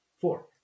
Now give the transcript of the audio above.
Four